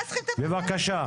בבקשה.